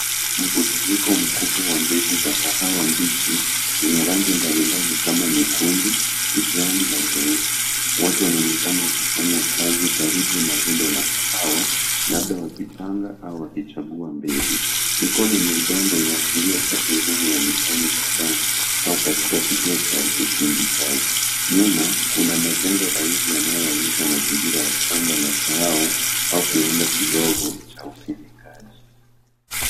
Mkusanyiko mkubwa wa mbegu za kahawa mbichi zenye rangi mbalimbali kama nyekundu, kijani na nyeusi. Watu wanaonekana wakifanya kazi karibu na rundo la kahawa labda wakipanga au wakichagua mbegu. Mikono yenye udingo inaashiria kazi ngumu ya miono shambani au kituo cha usindikaji. Nyuma, kuna majengo rahisi yanayoonyesha mazingira ya shamba la kahawa au kiwanda kidogo cha usindikaji.